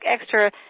extra